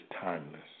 timeless